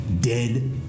dead